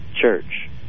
church